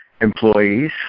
employees